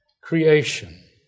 creation